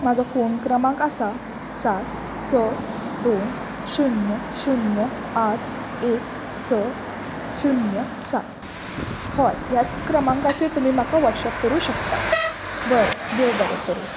म्हाजो फोन क्रमांक आसा सात स दोन शुन्य शुन्य आठ एक स शुन्य सात होय ह्याच क्रमांकाचेर तुमी म्हाका वॉट्शेप करूं शकतात बरें देव बरें करूं